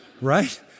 right